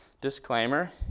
Disclaimer